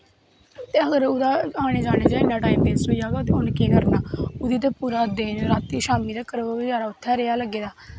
ते अगर ओह्दा आने जाने च टाईम बेस्ट होई जाह्ग ते उ'नें केह् करनां उ'नें ते दिनें रातीं शामीं तक ओह् उत्थै गे रेहा लग्गे दा